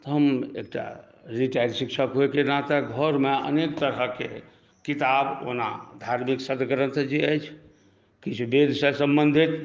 हम एकटा रिटायर्ड शिक्षक होइके नाते घरमे अनेक तरहके किताब ओना धार्मिक सद्ग्रन्थ जे अछि किछु वेदसँ सम्बन्धित